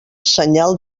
senyal